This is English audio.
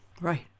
Right